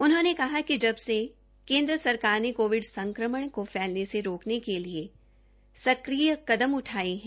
उन्होंने कहा कि जब से नरेन्द्र मोदी सरकार ने कोविड संक्रमण को फैलने से रोकने के लिए संक्रिय कदम उठाये है